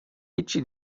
هیچی